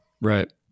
Right